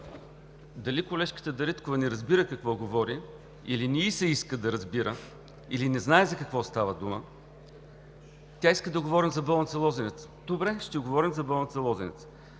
Дали колежката Дариткова не разбира какво говори, или не ѝ се иска да разбира, или не знае за какво става дума? Тя иска да говорим за болница „Лозенец“. Добре, ще говорим за болница „Лозенец“.